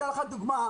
אתן לך דוגמה.